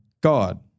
God